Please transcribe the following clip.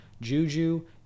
Juju